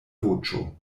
voĉo